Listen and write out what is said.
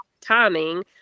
timing